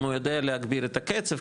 אם הוא יודע להגביר את הקצב,